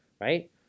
right